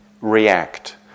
react